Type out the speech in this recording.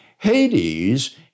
Hades